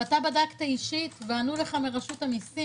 ואתה בדקת אישית ואנו לך מרשות המיסים